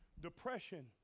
depression